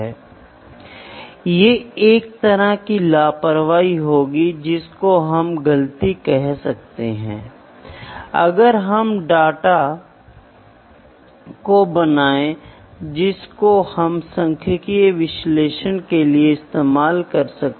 ये लॉस और रिलेशनशिप मुख्य रूप से मेकैनिज्म और थर्मोडायनेमिक्स के क्षेत्रों में उपलब्ध हैं जबकि मैकेनिकल इंजीनियरिंग के अन्य क्षेत्रों में उपलब्धता कम हैं